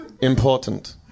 important